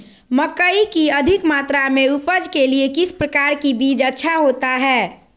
मकई की अधिक मात्रा में उपज के लिए किस प्रकार की बीज अच्छा होता है?